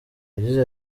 yagize